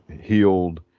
healed